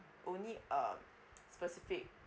only a specific